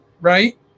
Right